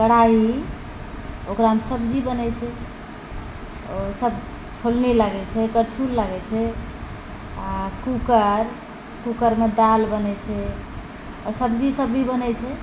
कड़ाही ओकरा मे सब्जी बनै छै ओ सभ छोलनी लगै छै करछुल लागै छै आ कुकर कुकर मे दालि बनै छै आओर सब्जी सभ भी बनै छै